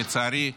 ולצערי,